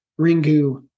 Ringu